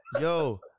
Yo